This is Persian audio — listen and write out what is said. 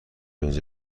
اینجا